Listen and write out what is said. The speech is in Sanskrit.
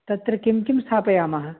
तत्र किं किं स्थापयामः